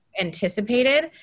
anticipated